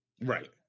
right